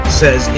says